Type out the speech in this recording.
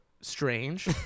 strange